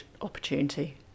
opportunity